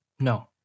No